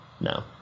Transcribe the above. no